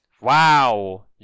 wow